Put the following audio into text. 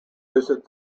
visit